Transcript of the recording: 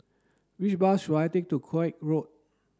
which bus should I take to Koek Road